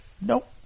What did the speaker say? nope